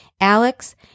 Alex